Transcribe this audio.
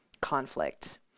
conflict